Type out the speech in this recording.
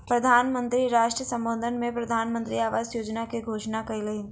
प्रधान मंत्री राष्ट्र सम्बोधन में प्रधानमंत्री आवास योजना के घोषणा कयलह्नि